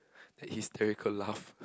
hysterical laugh